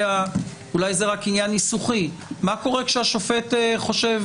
אולי זה רק עניין ניסוחי, מה קורה כשהשופט חושב